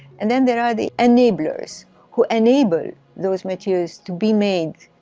and then there are the enablers who enable those materials to be made